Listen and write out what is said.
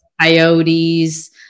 Coyotes